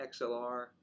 XLR